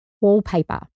wallpaper